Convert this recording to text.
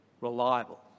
reliable